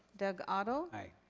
doug otto. aye.